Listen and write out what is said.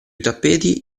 tappeti